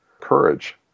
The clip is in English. courage